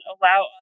allow